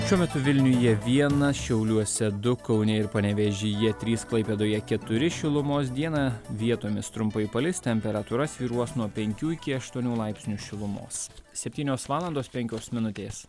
šiuo metu vilniuje vienas šiauliuose du kaune ir panevėžyje trys klaipėdoje keturi šilumos dieną vietomis trumpai palis temperatūra svyruos nuo penkių iki aštuonių laipsnių šilumos septynios valandos penkios minutės